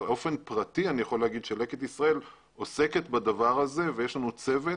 באופן פרטי אני יכול לומר שלקט ישראל עוסקת בדבר הזה ויש לנו צוות,